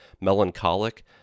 melancholic